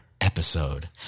episode